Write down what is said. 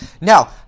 Now